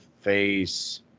face